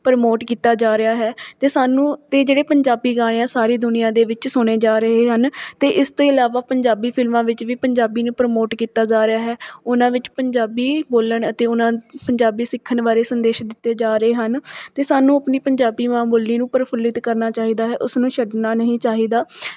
promote ਕੀਤਾ ਜਾ ਰਿਹਾ ਹੈ ਅਤੇ ਸਾਨੂੰ ਅਤੇ ਜਿਹੜੇ ਪੰਜਾਬੀ ਗਾਣੇ ਹੈ ਸਾਰੀ ਦੁਨੀਆ ਦੇ ਵਿੱਚ ਸੁਣੇ ਜਾ ਰਹੇ ਹਨ ਅਤੇ ਇਸ ਤੋਂ ਇਲਾਵਾ ਪੰਜਾਬੀ ਫਿਲਮਾਂ ਵਿੱਚ ਵੀ ਪੰਜਾਬੀ ਨੂੰ ਪਰਮੋਟ ਕੀਤਾ ਜਾ ਰਿਹਾ ਹੈ ਉਹਨਾਂ ਵਿੱਚ ਪੰਜਾਬੀ ਬੋਲਣ ਅਤੇ ਉਹਨਾਂ ਪੰਜਾਬੀ ਸਿੱਖਣ ਬਾਰੇ ਸੰਦੇਸ਼ ਦਿੱਤੇ ਜਾ ਰਹੇ ਹਨ ਅਤੇ ਸਾਨੂੰ ਆਪਣੀ ਪੰਜਾਬੀ ਮਾਂ ਬੋਲੀ ਨੂੰ ਪ੍ਰਫੁੱਲਿਤ ਕਰਨਾ ਚਾਹੀਦਾ ਹੈ ਉਸ ਨੂੰ ਛੱਡਣਾ ਨਹੀਂ ਚਾਹੀਦਾ